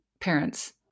parents